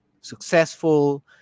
successful